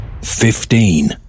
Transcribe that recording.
Fifteen